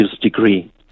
degree